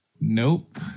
Nope